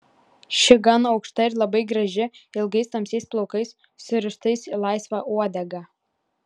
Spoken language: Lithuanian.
ši gan aukšta ir labai graži ilgais tamsiais plaukais surištais į laisvą uodegą